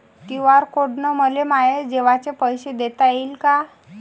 QR code न मले माये जेवाचे पैसे देता येईन का?